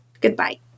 goodbye